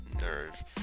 nerve